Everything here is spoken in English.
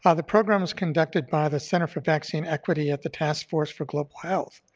ah the program was conducted by the center for vaccine equity at the taskforce for global health.